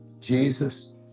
Jesus